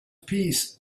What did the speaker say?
peace